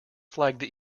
flagged